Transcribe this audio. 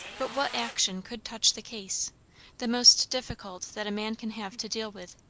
but what action could touch the case the most difficult that a man can have to deal with.